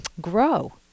grow